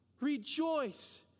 rejoice